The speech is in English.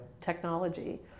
technology